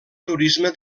turisme